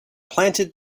planted